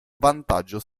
vantaggio